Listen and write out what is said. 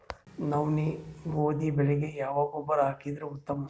ನವನಿ, ಗೋಧಿ ಬೆಳಿಗ ಯಾವ ಗೊಬ್ಬರ ಹಾಕಿದರ ಉತ್ತಮ?